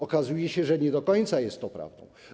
Okazuje się, że nie do końca jest to prawda.